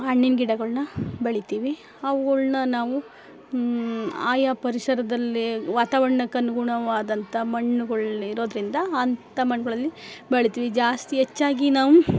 ಹಣ್ಣಿನ ಗಿಡಗಳ್ನ ಬೆಳಿತೀವಿ ಅವುಗಳ್ನ ನಾವು ಆಯಾ ಪರಿಸರದಲ್ಲಿ ವಾತಾವರಣಕ್ ಅನುಗುಣವಾದಂಥ ಮಣ್ಣುಗಳ್ ಇರೋದ್ರಿಂದ ಅಂಥ ಮಣ್ಣುಗಳಲ್ಲಿ ಬೆಳಿತೀವಿ ಜಾಸ್ತಿ ಹೆಚ್ಚಾಗಿ ನಾವು